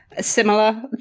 similar